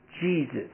Jesus